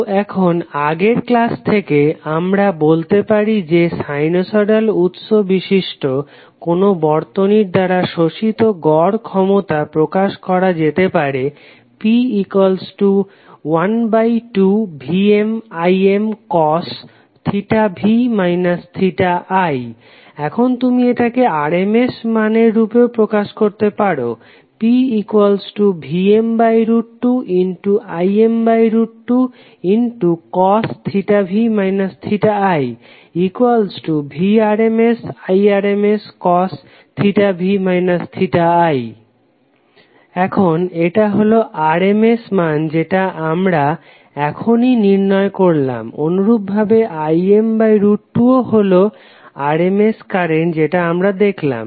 তো এখন আগের ক্লাস থেকে আমরা বলতে পারি যে সাইনোসইডাল উৎস বিশিষ্ট কোনো বর্তনী দ্বারা শোষিত গড় ক্ষমতা প্রকাশ করা যেতে পারে P12VmImθv θi এখন তুমি এটাকে RMS মানের রূপে প্রকাশ করতে পারো PVm2Im2v i Vrms Irmscosv i এখন এটা হলো RMS মান যেটা আমরা এখনই নির্ণয় করলাম অনুরূপভাবে Im2 ও হলো RMS কারেন্ট যেটা আমরা দেখলাম